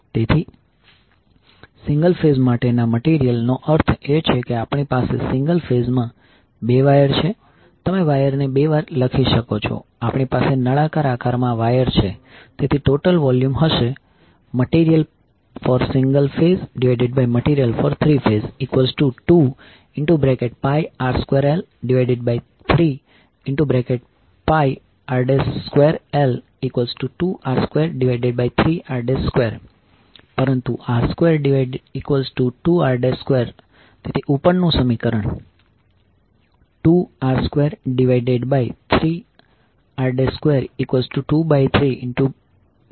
તેથી single phase માટેના material નો અર્થ એ છે કે આપણી પાસે સિંગલ ફેઝ માં 2 વાયર છે તમે વાયરને 2 વાર લખી શકો છો આપણી પાસે નળાકાર આકારમાં વાયર છે તેથી ટોટલ વોલ્યુમ હશે MaterialforsinglephaseMaterialfor3phase2πr2l3πr2l2r23r2 પરંતુ r22r2 તેથી ઉપર નું સમીકરણ 2r23r22321